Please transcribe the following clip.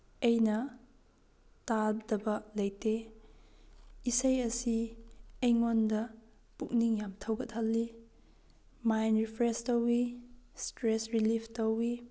ꯑꯩꯅ ꯇꯥꯗꯕ ꯂꯩꯇꯦ ꯏꯁꯩ ꯑꯁꯤ ꯑꯩꯉꯣꯟꯗ ꯄꯨꯛꯅꯤꯡ ꯌꯥꯝꯅ ꯊꯧꯒꯠꯍꯜꯂꯤ ꯃꯥꯏꯟ ꯔꯤꯐ꯭ꯔꯦꯁ ꯇꯧꯏ ꯏꯁꯇ꯭ꯔꯦꯁ ꯂꯤꯔꯤꯁ ꯇꯧꯏ